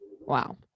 Wow